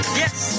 yes